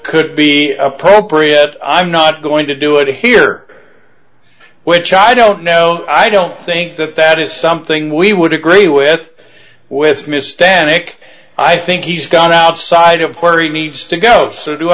could be appropriate i'm not going to do it here which i don't know i don't think that that is something we would agree with with miss stanek i think he's got outside of where he needs to go so do